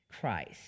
Christ